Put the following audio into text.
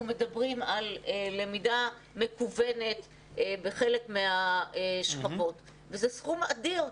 מדברים על למידה מקוונת בחלק מהשכבות וזה סכום אדיר.